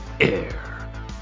Air